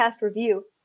review